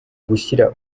gushyira